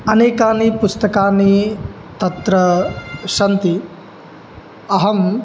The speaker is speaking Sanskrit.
अनेकानि पुस्तकानि तत्र सन्ति अहम्